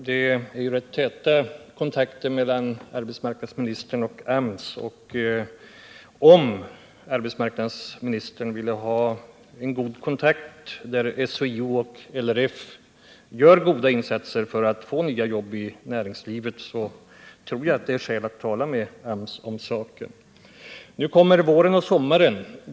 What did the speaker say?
Herr talman! Det är rätt täta kontakter mellan arbetsmarknadsministern och AMS. Om arbetsmarknadsministern vill att AMS skall ha en god kontakt med SHIO och LRF, så att de kan göra goda insatser för att få nya jobb i näringslivet, tror jag att det är skäl att han talar med AMS om den saken. Nu kommer våren och sommaren.